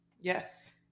Yes